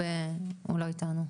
לא איתנו.